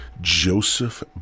Joseph